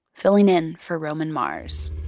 filling in for roman mars